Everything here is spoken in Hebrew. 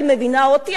היא מבינה אותי,